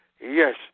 Yes